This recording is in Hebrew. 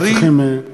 אנחנו צריכים, לצערי,